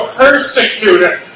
persecuted